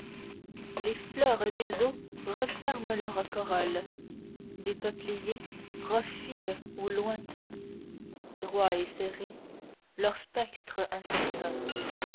les fleurs des eaux referment leurs corolles des peupliers profilent aux lointains droits et serrés leurs spectres incertains